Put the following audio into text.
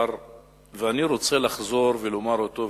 ואני רוצה לחזור ולומר אותו,